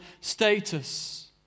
status